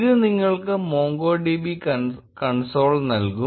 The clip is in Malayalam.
ഇത് നിങ്ങൾക്ക് MongoDB കൺസോൾ നൽകും